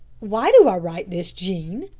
why do i write this, jean?